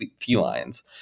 felines